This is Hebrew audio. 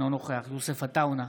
אינו נוכח יוסף עטאונה,